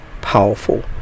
powerful